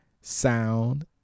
Sound